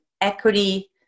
equity